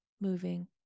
moving